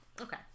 Okay